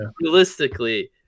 Realistically